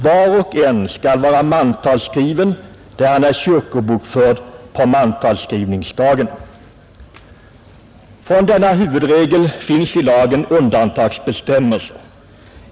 Var och en skall vara mantalsskriven där han är kyrkobokförd på mantalsskrivningsdagen. Från denna huvudregel finns i lagen undantagsbestämmelser.